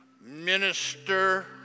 Minister